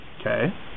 Okay